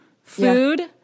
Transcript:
Food